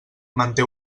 manté